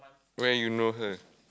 where you know her